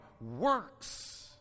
works